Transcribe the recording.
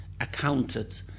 accounted